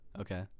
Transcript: Okay